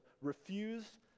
refuse